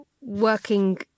Working